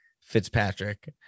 fitzpatrick